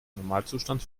normalzustand